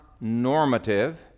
normative